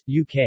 UK